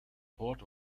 port